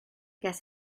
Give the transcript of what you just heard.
guess